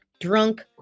drunk